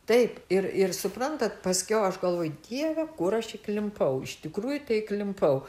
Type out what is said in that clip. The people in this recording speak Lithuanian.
taip ir ir suprantat paskiau aš galvoju dieve kur aš įklimpau iš tikrųjų tai klimpau